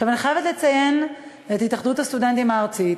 אני חייבת לציין את התאחדות הסטודנטים הארצית,